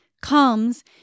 comes